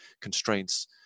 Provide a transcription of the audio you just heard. constraints